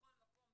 (ב)בכל מקום,